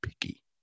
picky